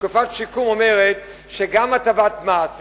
תקופה של שיקום אומרת שגם הטבת מס,